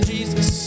Jesus